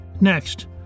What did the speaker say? Next